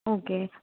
okay